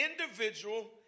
individual